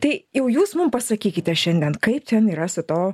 tai jau jūs mum pasakykite šiandien kaip ten yra su tuo